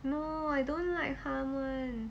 no I don't like hum [one]